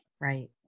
Right